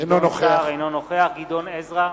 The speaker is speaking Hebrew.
אינו נוכח גדעון עזרא,